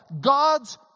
God's